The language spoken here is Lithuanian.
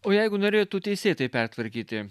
o jeigu norėtų teisėtai pertvarkyti